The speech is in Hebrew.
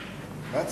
אדוני.